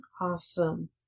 Awesome